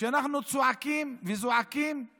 אנחנו צועקים וזועקים על